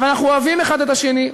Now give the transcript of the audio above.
אבל אנחנו אוהבים האחד את השני,